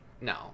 No